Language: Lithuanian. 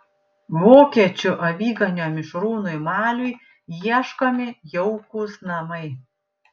vokiečių aviganio mišrūnui maliui ieškomi jaukūs namai